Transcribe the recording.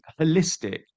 holistic